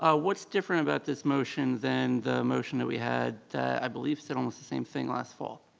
ah what's different about this motion than the motion that we had that, i believe said almost the same thing last fall?